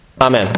Amen